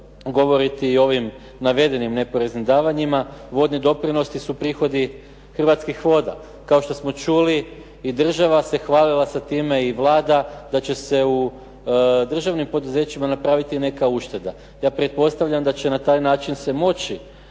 konkretno i ovim neporeznim davanjima, vodni doprinosi su prihodi Hrvatskih voda. Kao što smo čuli i država se hvalila sa time i Vlada da će se u državnim poduzećima napraviti neka ušteda. Ja pretpostavljam da će na taj način se moći